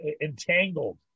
entangled